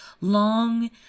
long